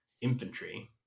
infantry